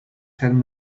ten